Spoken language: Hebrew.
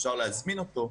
אפשר להזמין אותו.